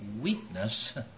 weakness